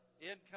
income